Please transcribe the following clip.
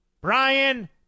Brian